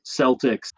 Celtics